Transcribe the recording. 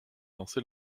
lancé